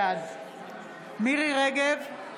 בעד מירי מרים רגב,